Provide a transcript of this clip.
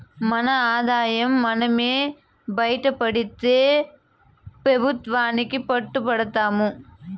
మన ఆదాయం మనమే బైటపెడితే పెబుత్వానికి పట్టు బడతాము